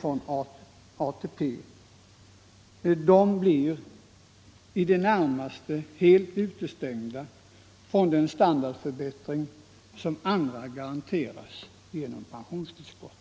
från ATP blir i det närmaste helt utestängda från den standardförbättring som andra garanteras genom pensionstillskotten.